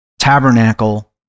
tabernacle